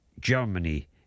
Germany